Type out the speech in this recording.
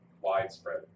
widespread